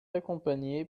accompagnée